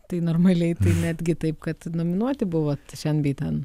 tai normaliai netgi taip kad nominuoti buvot šen bei ten